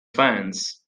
ferns